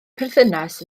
perthynas